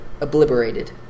Obliterated